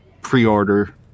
pre-order